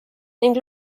ning